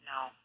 no